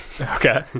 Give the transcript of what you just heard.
okay